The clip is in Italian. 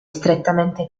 strettamente